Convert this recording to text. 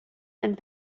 and